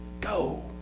go